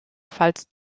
falls